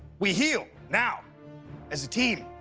we heal now as a team